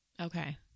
Okay